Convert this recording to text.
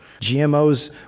GMOs